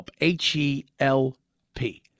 H-E-L-P